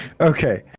okay